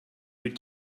would